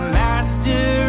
master